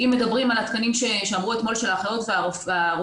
אם מדברים על התקנים של האחיות והרופאים,